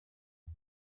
and